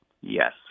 Yes